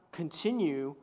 continue